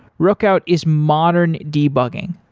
rookout is modern debugging.